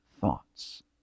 thoughts